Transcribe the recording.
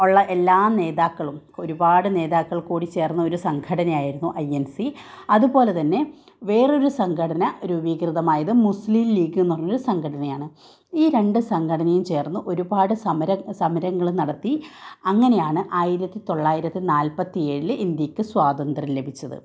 ഉള്ള എല്ലാ നേതാക്കളും ഒരുപാട് നേതാക്കൾ കൂടി ചേര്ന്ന് ഒരു സംഘടനയായിരുന്നു ഐ എന് സി അതുപോലെ തന്നെ വേറൊരു സംഘടന രൂപീകൃതമായതും മുസ്ലിം ലീഗ് എന്ന് പറഞ്ഞ ഒരു സംഘടനയാണ് ഈ രണ്ട് സംഘടനയും ചേര്ന്ന് ഒരുപാട് സമര സമരങ്ങളും നടത്തി അങ്ങനെയാണ് ആയിരത്തി തൊള്ളായിരത്തി നാല്പത്തിയേഴിൽ ഇന്ത്യയ്ക്ക് സ്വാതന്ത്യം ലഭിച്ചത്